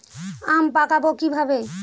আম পাকাবো কিভাবে?